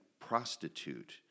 prostitute